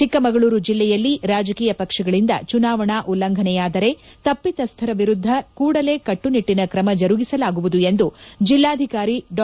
ಚಿಕ್ಕಮಗಳೂರು ಜಿಲ್ಲೆಯಲ್ಲಿ ರಾಜಕೀಯ ಪಕ್ಷಗಳಿಂದ ಚುನಾವಣಾ ಉಲ್ಲಂಘನೆಯಾದರೆ ತಪ್ಪಿತಸ್ದರ ವಿರುದ್ದ ಕೂಡಲೇ ಕಟ್ಟುನಿಟ್ಟಿನ ಕ್ರಮ ಜರುಗಿಸಲಾಗುವುದು ಎಂದು ಜಿಲ್ಲಾಧಿಕಾರಿ ಡಾ